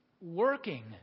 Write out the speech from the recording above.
working